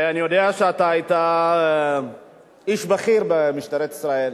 אני יודע שאתה היית איש בכיר במשטרת ישראל,